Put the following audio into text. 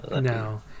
no